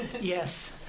Yes